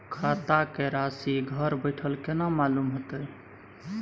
खाता के राशि घर बेठल केना मालूम होते?